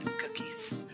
cookies